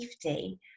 safety